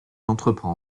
entreprend